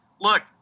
Look